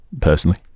personally